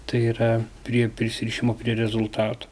tai yra prie prisirišimo prie rezultatų